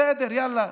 בסדר, יאללה,